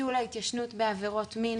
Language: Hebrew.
ביטול ההתיישנות בעבירות מין.